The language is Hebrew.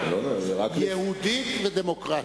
יהודית ודמוקרטית.